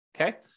okay